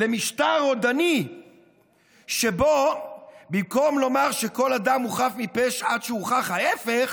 למשטר רודני שבו במקום לומר שכל אדם הוא חף מפשע עד שהוכח ההפך,